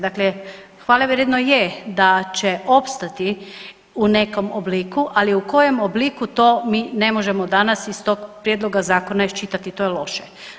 Dakle, hvalevrijedno je da će opstati u nekom obliku, ali u koje obliku to mi ne možemo danas iz tog prijedloga zakona iščitati, to je loše.